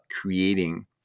creating